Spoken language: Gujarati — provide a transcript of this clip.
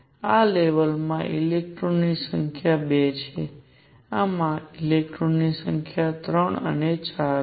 આ લેવલ માં ઇલેક્ટ્રોનની સંખ્યા 2 છે આમાં ઇલેક્ટ્રોનની સંખ્યા 3 અને 4 છે